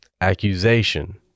accusation